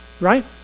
Right